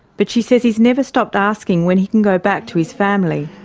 but she says he has never stopped asking when he can go back to his family.